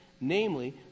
namely